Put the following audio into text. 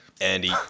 Andy